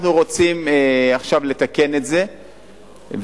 אנחנו רוצים עכשיו לתקן את זה,